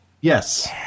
Yes